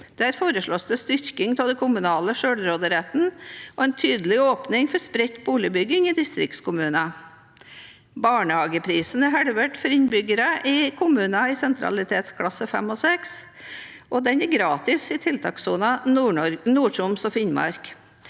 Der foreslås det styrking av den kommunale selvråderetten og en tydelig åpning for spredt boligbygging i distriktskommuner. Barnehageprisene er halvert for innbyggerne i kommuner i sentralitetsklasse 5 og 6, og barnehagen er gratis i tiltakssonen i Nord-Troms og Finnmark.